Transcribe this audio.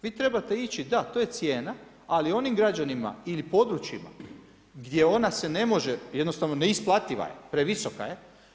Vi trebate ići, da to je cijena, ali onim građanima ili područjima, gdje ona se ne može, jednostavno je neisplativa je, previsoka je.